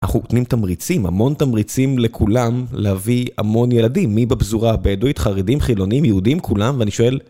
אנחנו נותנים תמריצים, המון תמריצים לכולם, להביא המון ילדים, מי בפזורה הבדואית, חרדים, חילונים, יהודים, כולם, ואני שואל...